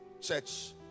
church